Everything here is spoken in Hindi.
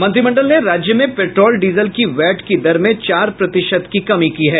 मंत्रिमंडल ने राज्य में पेट्रोल डीजल की वैट की दर में चार प्रतिशत कमी की है